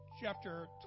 chapter